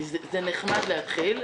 נחמד להתחיל,